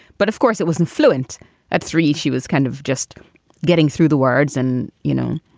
but of course, it wasn't fluent at three. she was kind of just getting through the words and, you know,